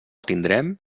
tindrem